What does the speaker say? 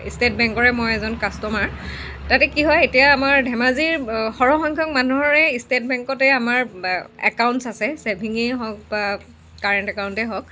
state বেংকৰে মই এজন কাষ্টমাৰ তাতে কি হয় এতিয়া আমাৰ ধেমাজিৰ সৰহ সংখ্যক মানুহৰে ষ্টেট বেংকতে আমাৰ একাউণ্টছ্ আছে ছেভিঙেই হওক বা কাৰেণ্ট একাউণ্টেই হওক